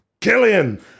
Killian